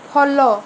follow